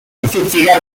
artísticas